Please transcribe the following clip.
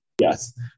Yes